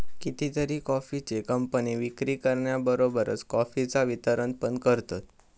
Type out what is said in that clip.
कितीतरी कॉफीचे कंपने विक्री करण्याबरोबरच कॉफीचा वितरण पण करतत